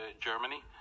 Germany